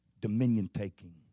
dominion-taking